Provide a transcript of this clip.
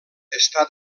està